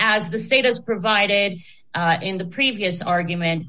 as the state has presided in the previous argument